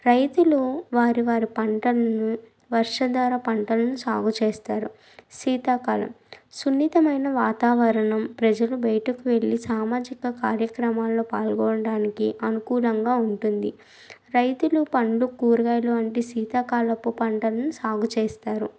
రైతులు వారి వారి పంటను వర్షాధార పంటలను సాగు చేస్తారు శీతాకాలం సున్నితమైన వాతావరణం ప్రజలు బయటకు వెళ్ళీ సామాజిక కార్యక్రమాలలో పాల్గొనడానికి అనుకూలంగా ఉంటుంది రైతులు పండ్లు కూరగాయలు వంటి శీతాకాలపు పంటను సాగు చేస్తారు